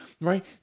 right